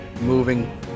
moving